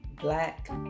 black